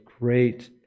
great